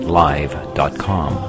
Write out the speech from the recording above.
live.com